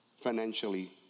financially